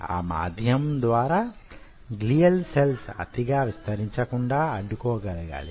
ఆ మాధ్యమం ద్వారా గ్లియల్ సెల్స్ అతిగా విస్తరించకుండా అడ్డుకోగలగాలి